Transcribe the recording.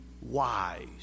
wise